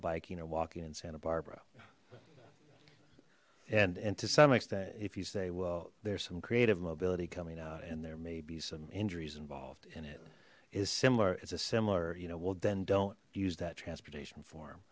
biking or walking in santa barbara and and to some extent if you say well there's some creative mobility coming out and there may be some injuries involved in it is similar it's a similar you know will then don't use that transportation form